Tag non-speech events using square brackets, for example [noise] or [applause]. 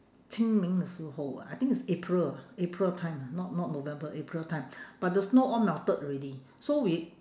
清明的时候 ah I think it's april ah april time ah not not november april time [breath] but the snow all melted already so we